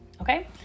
Okay